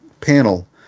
panel